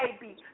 baby